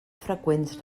freqüents